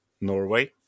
Norway